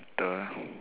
the